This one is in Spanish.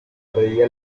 reía